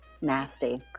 nasty